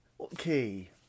Okay